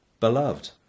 beloved